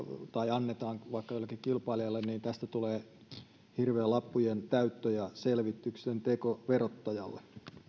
annetaan jollekin kilpailijalle niin tästä tulee hirveä lappujen täyttö ja selvityksen teko verottajalle